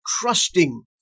trusting